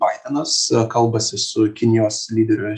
baidenas kalbasi su kinijos lyderiu